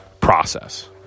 process